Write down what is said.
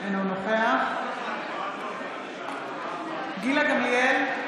אינו נוכח גילה גמליאל,